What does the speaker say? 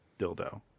dildo